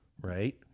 Right